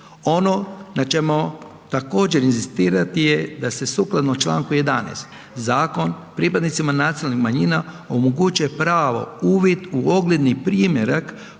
Ono na čemu ćemo također inzistirati je da se sukladno čl. 11. zakon pripadnicima nacionalnih manjina omoguće pravo uvid u ogledni primjerak